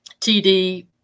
TD